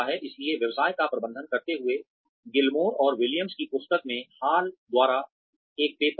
इसलिए व्यवसाय का प्रबंधन करते हुए गिलमोर और विलियम्स की पुस्तक में हॉल द्वारा एक पेपर है